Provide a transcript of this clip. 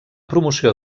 promoció